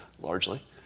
largely